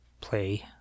play